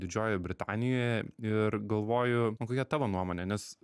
didžiojoje britanijoje ir galvoju o kokia tavo nuomonė nes